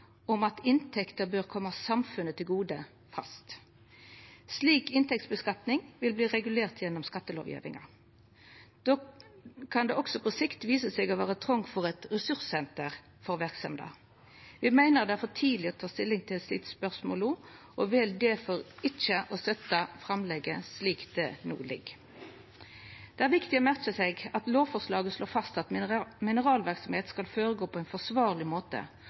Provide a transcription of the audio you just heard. om at inntekter bør koma samfunnet til gode, fast. Slik skattlegging av inntekter vil verta regulert gjennom skattelovgjevinga. Det kan på sikt også vise seg å vera trong for eit ressurssenter for verksemda. Me meiner det er for tidleg å ta stilling til eit slikt spørsmål no, og vel difor ikkje å støtta framlegget slik det no ligg føre. Det er viktig å merka seg at lovforslaget slår fast at mineralverksemd skal skje på ein forsvarleg måte